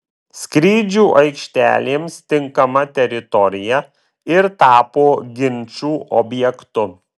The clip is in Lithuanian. skrydžių aikštelėms tinkama teritorija ir tapo ginčų objektu